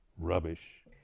rubbish